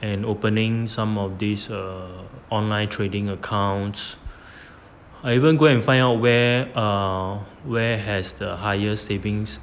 and opening some of these uh online trading accounts I haven't go and find out where uh where has the highest savings